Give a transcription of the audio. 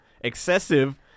excessive